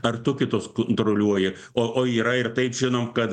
ar tu kitus kontroliuoji o o yra ir taip žinom kad